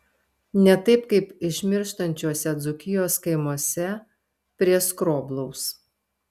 ne taip kaip išmirštančiuose dzūkijos kaimuose prie skroblaus